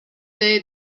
day